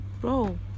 bro